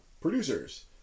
producers